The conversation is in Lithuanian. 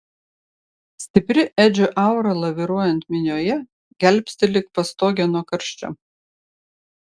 stipri edžio aura laviruojant minioje gelbsti lyg pastogė nuo karščio